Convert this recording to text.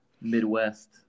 Midwest